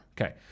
okay